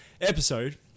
episode